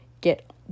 get